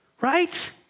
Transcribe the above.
Right